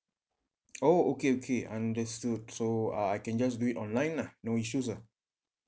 oh okay okay understood so uh I can just do it online lah no issues ah